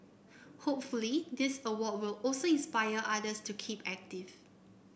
hopefully this award will also inspire others to keep active